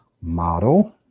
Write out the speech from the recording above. model